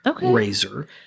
razor